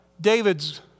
David's